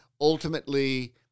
ultimately